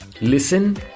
listen